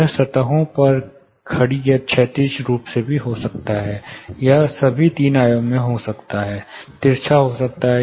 यह सतहों पर खड़ी या क्षैतिज रूप से भी हो सकता है या यह सभी तीन आयामों में हो सकता है तिरछा हो सकता है